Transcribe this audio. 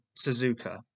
Suzuka